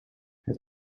het